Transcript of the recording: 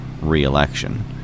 re-election